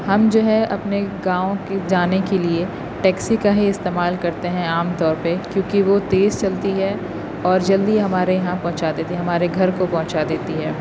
ہم جو ہے اپنے گاؤں کے جانے کے لیے ٹیکسی کا ہی استعمال کرتے ہیں عام طور پہ کیوںکہ وہ تیز چلتی ہے اور جلدی ہمارے یہاں پہنچا دیتی ہے ہمارے گھر کو پہنچا دیتی ہے